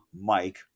Mike